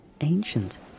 ancient